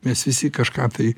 mes visi kažką tai